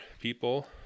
people